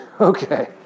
okay